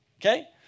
okay